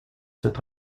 cette